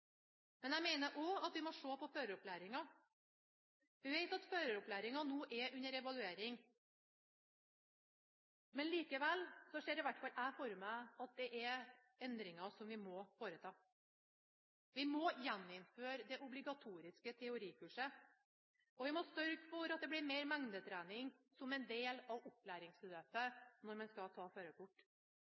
Men jeg mener også at vi må se på føreropplæringen. Vi vet at føreropplæringen nå er under evaluering, og i hvert fall ser jeg for meg at vi må foreta endringer. Vi må gjeninnføre det obligatoriske teorikurset, og vi må sørge for at det blir mer mengdetrening som en del av opplæringsløpet når man skal ta førerkort.